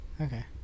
Okay